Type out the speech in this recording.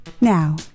Now